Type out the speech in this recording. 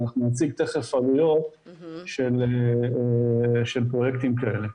אנחנו נציג תיכף עלויות של פרויקטים כאלה.